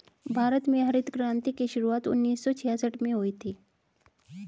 भारत में हरित क्रान्ति की शुरुआत उन्नीस सौ छियासठ में हुई थी